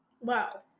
Wow